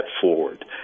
forward